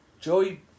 Joey